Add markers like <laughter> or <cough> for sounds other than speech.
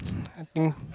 <noise> I think